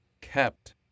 kept